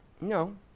no